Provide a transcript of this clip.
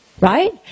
right